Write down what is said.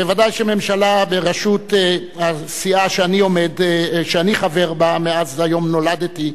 וודאי שממשלה בראשות הסיעה שאני חבר בה מאז היום שנולדתי,